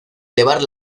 elevar